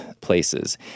places